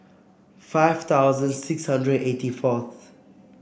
five thousand six hundred eighty fourth